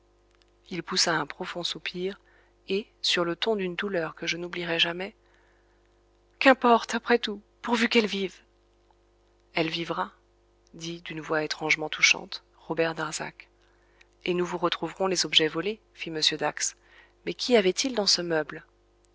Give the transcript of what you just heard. il poussa un profond soupir et sur le ton d'une douleur que je n'oublierai jamais qu'importe après tout pourvu qu'elle vive elle vivra dit d'une voix étrangement touchante robert darzac et nous vous retrouverons les objets volés fit m dax mais qu'y avait-il dans ce meuble